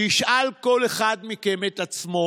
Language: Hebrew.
שישאל כל אחד מכם את עצמו